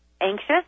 anxious